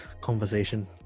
conversation